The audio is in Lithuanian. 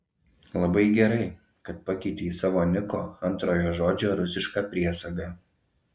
labai gerai kad pakeitei savo niko antrojo žodžio rusišką priesagą